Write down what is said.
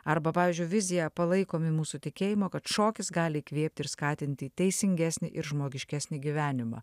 arba pavyzdžiui vizija palaikomi mūsų tikėjimo kad šokis gali įkvėpti ir skatinti teisingesnį ir žmogiškesnį gyvenimą